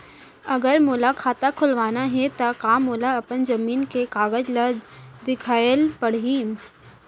अगर मोला खाता खुलवाना हे त का मोला अपन जमीन के कागज ला दिखएल पढही?